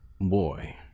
boy